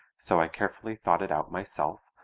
so i carefully thought it out myself,